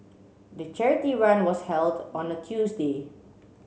the charity run was held on a Tuesday